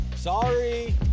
Sorry